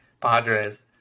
Padres